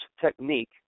technique